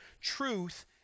truth